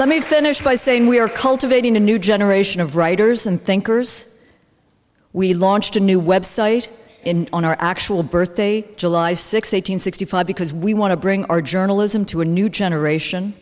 let me finish by saying we are cultivating a new generation of writers and thinkers we launched a new website on our actual birthday july six hundred sixty five because we want to bring our journalism to a new generation